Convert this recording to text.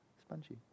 spongy